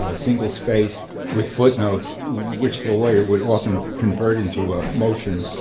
ah single spaced, with footnotes, which the latter would often convert into a motion